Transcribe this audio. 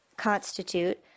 constitute